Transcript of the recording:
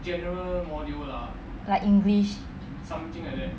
like english